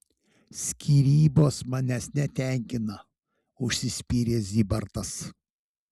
skyrybos manęs netenkina užsispyrė zybartas